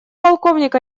полковник